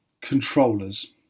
controllers